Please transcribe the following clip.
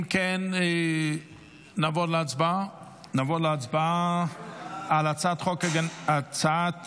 אם כן, נעבור להצבעה על הצעת